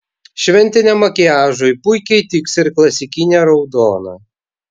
šventiniam makiažui puikiai tiks ir klasikinė raudona